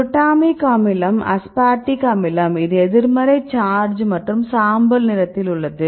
glutamic அமிலம் aspartic அமிலம் இது எதிர்மறை சார்ஜ் மற்றும் சாம்பல் நிறத்தில் உள்ளது